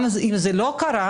גם אם זה לא קרה,